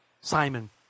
Simon